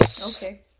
Okay